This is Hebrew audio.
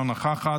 אינה נוכחת,